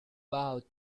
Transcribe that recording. bowed